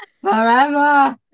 forever